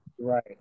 right